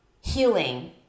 healing